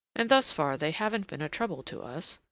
and thus far they haven't been a trouble to us.